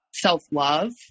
self-love